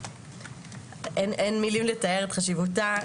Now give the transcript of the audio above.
אין מילים לתאר את חשיבותה,